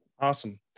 Awesome